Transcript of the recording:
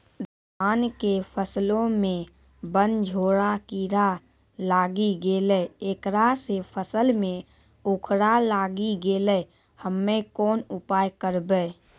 धान के फसलो मे बनझोरा कीड़ा लागी गैलै ऐकरा से फसल मे उखरा लागी गैलै हम्मे कोन उपाय करबै?